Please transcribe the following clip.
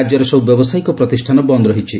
ରାଜ୍ୟରେ ସବୁ ବ୍ୟବସାୟିକ ପ୍ରତିଷ୍ଠାନ ବନ୍ଦ ରହିଛି